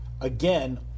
again